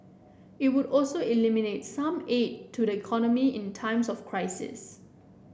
it would also eliminate some aid to the economy in times of crisis